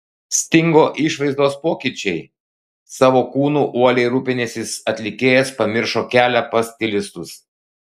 stingo išvaizdos pokyčiai savo kūnu uoliai rūpinęsis atlikėjas pamiršo kelią pas stilistus